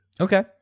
okay